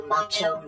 Macho